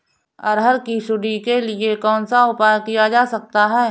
अरहर की सुंडी के लिए कौन सा उपाय किया जा सकता है?